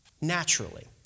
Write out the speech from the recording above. naturally